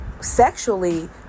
sexually